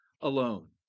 alone